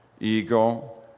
ego